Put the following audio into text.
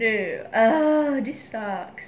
wait ah a bit struck